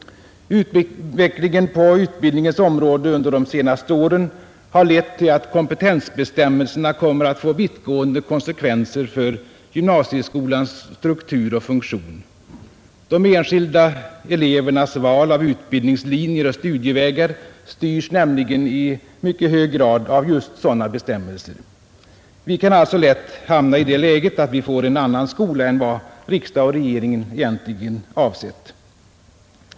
Utvecklingen på utbildningens område under de senaste åren har lett till att kompetensbestämmelserna kommer att få vittgående konsekvenser för gymnasieskolans struktur och funktion. De enskilda elevernas val av utbildningslinjer och studievägar styrs nämligen i mycket hög grad av just sådana bestämmelser. Vi kan alltså lätt hamna i det läget att vi får en annan skola än vad riksdagen och regeringen egentligen har avsett.